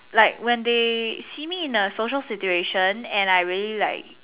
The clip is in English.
like when they see me in a social situation and I really like